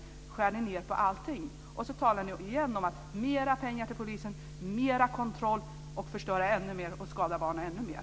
Allt detta skär ni ned på, och sedan talar ni igen om mer pengar till polisen och mer kontroll, förstör ännu mer och skadar barnen ännu mer.